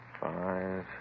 five